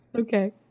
Okay